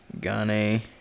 Gane